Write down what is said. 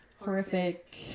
Horrific